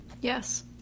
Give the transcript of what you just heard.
Yes